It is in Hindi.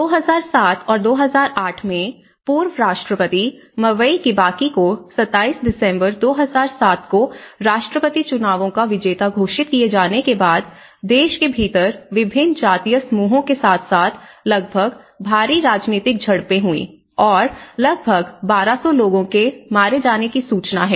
2007 और 2008 में पूर्व राष्ट्रपति मवई किबाकी को 27 दिसंबर 2007 को राष्ट्रपति चुनावों का विजेता घोषित किए जाने के बाद देश के भीतर विभिन्न जातीय समूहों के साथ साथ लगभग भारी राजनीतिक झड़पें हुईं और लगभग 1200 लोगों के मारे जाने की सूचना है